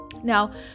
Now